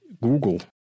google